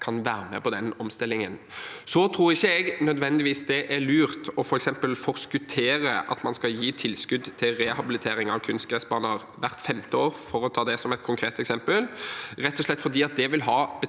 kan være med på den omstillingen vi skal gjennom. Jeg tror ikke det nødvendigvis er lurt å forskuttere at man skal gi tilskudd til rehabilitering av kunstgressbaner hvert femte år, for å ta det som et konkret eksempel, rett og slett fordi det vil ha betydelige